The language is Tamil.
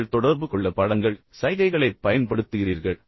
நீங்கள் தொடர்பு கொள்ள படங்கள் படங்கள் சைகைகளைப் பயன்படுத்துகிறீர்கள்